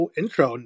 intro